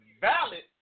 valid